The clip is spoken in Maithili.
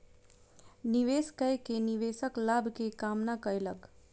निवेश कय के निवेशक लाभ के कामना कयलक